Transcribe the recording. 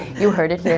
you heard it here.